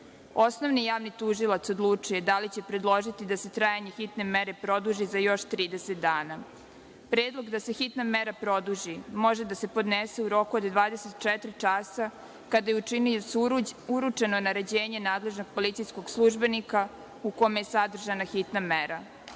Osnovni javni tužilac odlučuje da li će predložiti da se trajanje hitne mere produži za još 30 dana. Predlog da se hitna mera produži može da se podnese u roku od 24 časa kada je učiniocu uručeno naređenje nadležnog policijskog službenika u kome je sadržana hitna mera.